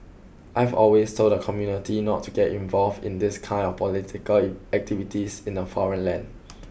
I've always told the community not to get involved in these kind of political activities in a foreign land